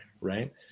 right